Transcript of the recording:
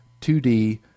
2D